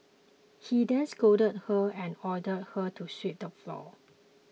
he then scolded her and ordered her to sweep the floor